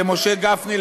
למשה גפני,